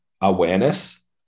awareness